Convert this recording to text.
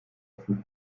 letzten